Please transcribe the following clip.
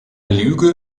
lüge